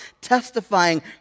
testifying